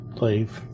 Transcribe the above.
leave